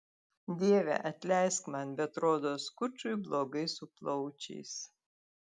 dieve atleisk man bet rodos kučui blogai su plaučiais